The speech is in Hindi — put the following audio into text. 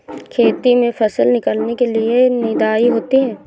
खेती में फसल निकलने के बाद निदाई होती हैं?